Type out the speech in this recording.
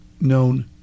known